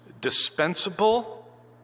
dispensable